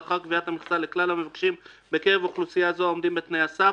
לאחר קביעת המכסה לכלל המבקשים בקרב אוכלוסייה זו העומדים בתנאי הסף,